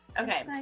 Okay